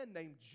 named